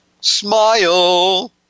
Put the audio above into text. Smile